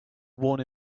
sworn